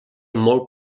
molt